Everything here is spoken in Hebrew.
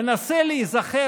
מנסה להיזכר,